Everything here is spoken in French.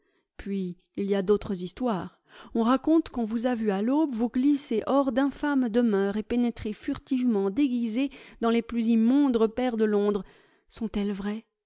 puis il y a d'autres histoires on raconte qu'on vous a vu à l'aube vous glisser hors d'infâmes demeures et pénétrer furtivement déguisé dans les plus immondes repaires de londres sont-elles vraies